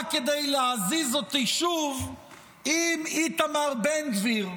כדי להזיז אותי שוב אם איתמר בן גביר,